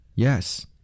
Yes